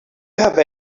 have